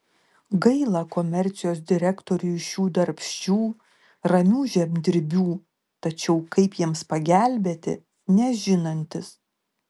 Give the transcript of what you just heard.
gaila komercijos direktoriui šių darbščių ramių žemdirbių tačiau kaip jiems pagelbėti nežinantis